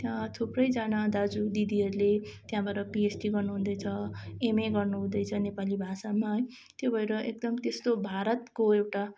थुप्रैजना दाजुदिदीहरूले त्यहाँबाट पिएचडी गर्नुहुँदैछ एमए गर्नुहुँदैछ नेपाली भाषामा है त्यो भएर एकदम त्यस्तो भारतको एउटा